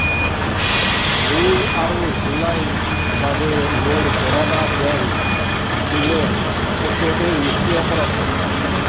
June আৰু জুলাইৰ বাবে মোৰ বৰোদা বেংক বিলৰ অ'টোপে' নিষ্ক্ৰিয় কৰক